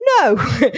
no